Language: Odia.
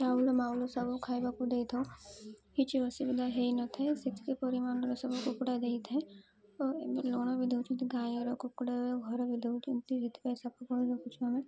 ଚାଉଳ ମାଉଳ ସବୁ ଖାଇବାକୁ ଦେଇ ଥାଉ କିଛି ଅସୁବିଧା ହେଇ ନଥାଏ ସେତିକି ପରିମାଣର ସବୁ କୁକୁଡ଼ା ଦେଇଥାଏ ଓ ଏବେ ଲୁଣ ବି ଦଉଛନ୍ତି ଗାଈର କୁକୁଡ଼ା ଘର ବି ଦଉଛନ୍ତି ସେଥିପାଇଁ ସଫଳ ରଖୁଛୁ ଆମେ